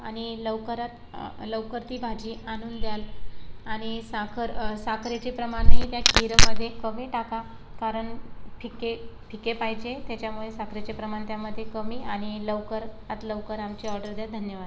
आणि लवकरात लवकर ती भाजी आणून द्याल आणि साखर साखरेचे प्रमाणही त्या खीरमध्ये कमी टाका कारण फिक्के फिक्के पाहिजे त्याच्यामुळे साखरेचे प्रमाण त्यामध्ये कमी आणि लवकरात लवकर आमची ऑर्डर द्या धन्यवाद